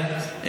כן.